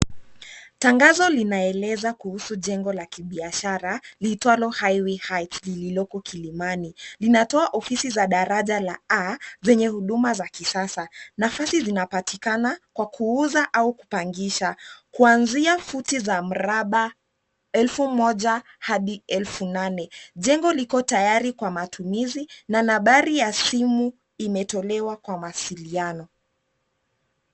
Tangazo linaeleza kuhusu jengo la kibiashara, liitwalo Highway Heights lililoko Kilimani, linatoa ofisi za daraja la A , zenye huduma za kisasa, nafasi zinapatikana kwa kuuza au kupangisha, kuanzia futi za mraba, elfu moja hadi elfu nane, jengo liko tayari kwa matumizi na nambari ya simu, imetolewa kwa mawasiliano.